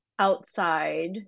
outside